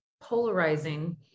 polarizing